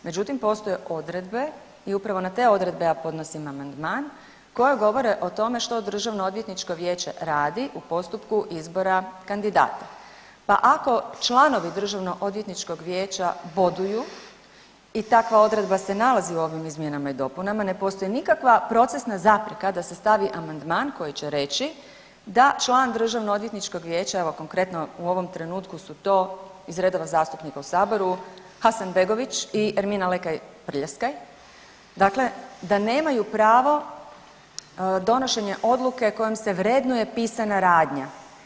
Međutim, postoje odredbe i upravo na te odredbe ja podnosim amandman koje govore o tome što DOV radi u postupku izbora kandidata, pa ako članovi Državnoodvjetničkog vijeća boduju i takva odredba se nalazi u ovim izmjenama i dopunama ne postoji nikakva procesna zapreka da se stavi amandman koji će reći da član Državnoodvjetničkog vijeća evo konkretno u ovom trenutku su to ih redova zastupnika u saboru Hasanbegović i Ermina Lekaj Prljaskaj, dakle da nemaju pravo donošenja odluke kojom se vrednuje pisana radnja.